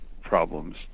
problems